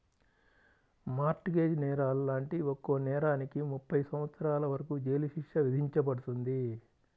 mart gauge నేరాలు లాంటి ఒక్కో నేరానికి ముప్పై సంవత్సరాల వరకు జైలు శిక్ష విధించబడుతుంది